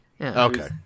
Okay